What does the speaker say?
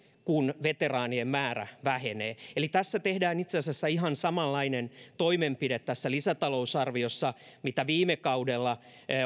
kun veteraanien määrä vähenee eli tässä tehdään itseasiassa ihan samanlainen toimenpide tässä lisätalousarviossa mitä viime kaudella